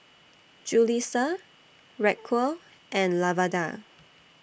Julisa Racquel and Lavada